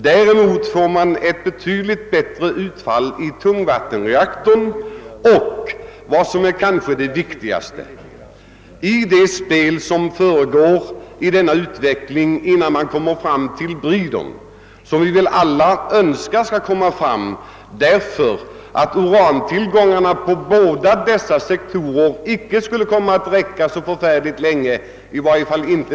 Däremot blir utfallet betydligt bättre i tungvattenreaktorn. Vad som kanske är det viktigaste i det spel som försiggår är att få klarhet i denna utveckling innan man kommer fram till bridern, som vi väl alla önskar skall komma därför att de nu kända urantillgångarna icke skulle komma att räcka så förfärligt länge till.